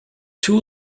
too